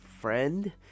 friend